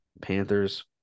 Panthers